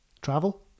travel